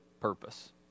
purpose